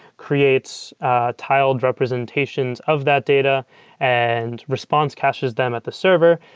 creates tiled representations of that data and responds, caches them at the server.